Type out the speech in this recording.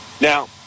now